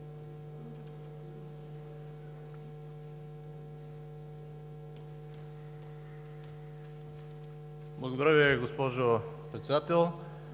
Благодаря Ви, госпожо Председател.